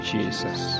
Jesus